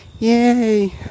yay